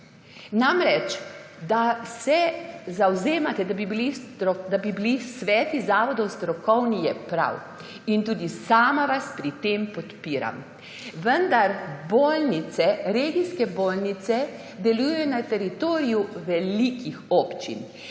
Namreč, da se zavzemate, da bi bili sveti zavodov strokovni, je prav in tudi sama vas pri tem podpiram. Vendar regijske bolnišnice delujejo na teritoriju velikih občin.